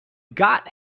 got